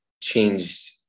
changed